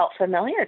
familiar